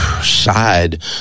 side